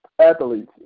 athletes